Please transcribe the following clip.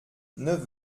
neuf